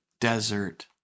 desert